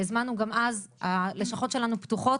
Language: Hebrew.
הזמנו גם אז, הלשכות שלנו פתוחות